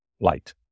light